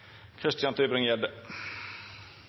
Christian